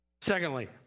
Secondly